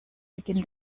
beginn